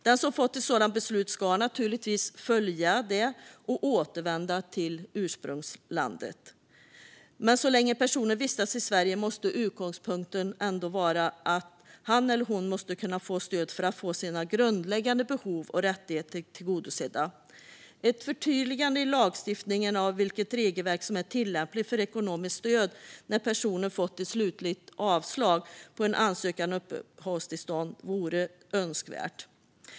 Den som har fått ett sådant beslut ska naturligtvis följa det och återvända till sitt ursprungsland. Men så länge personen vistas i Sverige måste utgångspunkten ändå vara att han eller hon ska kunna få stöd för att få sina grundläggande behov och rättigheter tillgodosedda. Ett förtydligande i lagstiftningen av vilket regelverk som är tillämpligt för ekonomiskt stöd när personer har fått ett slutligt avslag på en ansökan om uppehållstillstånd vore önskvärt.